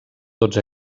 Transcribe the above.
tots